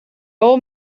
old